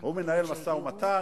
הוא מנהל משא-ומתן,